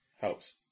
helps